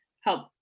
help